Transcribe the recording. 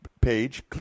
page